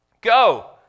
Go